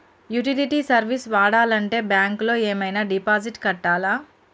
Utility service వాడాలంటే bank లో ఏమైనా డిపాజిట్ కట్టాలా?